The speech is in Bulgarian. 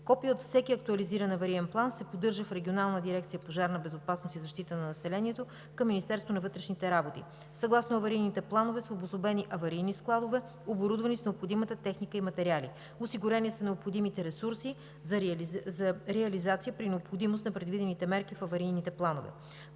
Копие от всеки Актуализиран авариен план се поддържа в Регионална дирекция „Пожарна безопасност и защита на населението“ към Министерството на вътрешните работи. Съгласно аварийните планове са обособени аварийни складове, оборудвани с необходимата техника и материали, осигурени са необходимите ресурси за реализация при необходимост на предвидените мерки в аварийните планове.